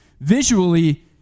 visually